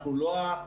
אנחנו לא הגאונים,